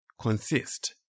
consist